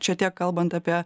čia tiek kalbant apie